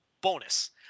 bonus